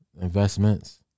investments